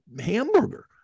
hamburger